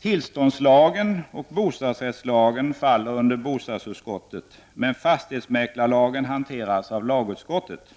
Tillståndslagen och bostadsrättslagen faller under bostadsutskottet, medan fastighetsmäklarlagen hanteras av lagutskottet.